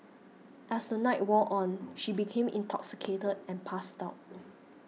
as the night wore on she became intoxicated and passed out